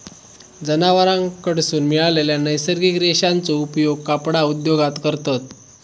जनावरांकडसून मिळालेल्या नैसर्गिक रेशांचो उपयोग कपडा उद्योगात करतत